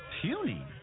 puny